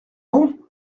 bon